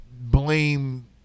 blame